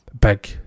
big